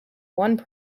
one